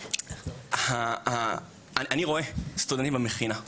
אני רואה סטודנטים במכינה,